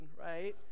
right